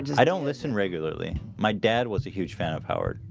i don't listen regularly my dad was a huge fan of howard.